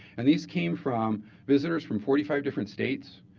and these came from visitors from forty five different states.